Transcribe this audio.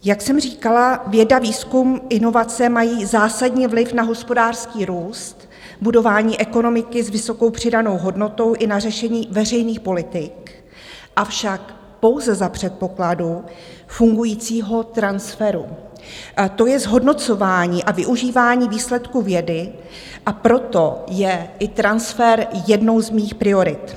Jak jsem říkala, věda, výzkum, inovace mají zásadní vliv na hospodářský růst, budování ekonomiky s vysokou přidanou hodnotou i na řešení veřejných politik, avšak pouze za předpokladu fungujícího transferu, to je zhodnocování a využívání výsledků vědy, a proto je i transfer jednou z mých priorit.